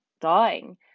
dying